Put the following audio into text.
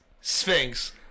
sphinx